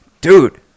dude